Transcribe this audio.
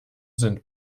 sind